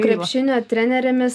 krepšinio trenerėmis